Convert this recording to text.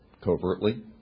covertly